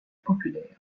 populaires